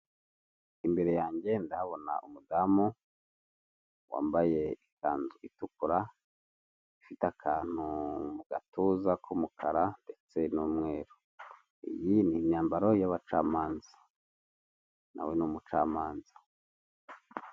Imbere yanjye ndahabona umudamu wambaye ikanzu itukura ifite akantu mu gatuza k'umukara ndetse n'umweru. Iyi ni imyambaro y'abacamanza, nawe ni umucamanza.